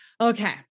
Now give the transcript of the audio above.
okay